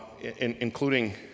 including